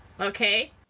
okay